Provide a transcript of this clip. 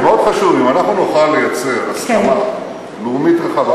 זה מאוד חשוב: אם אנחנו נוכל לייצר הסכמה לאומית רחבה,